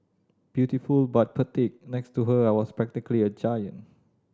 beautiful but petite next to her I was practically a giant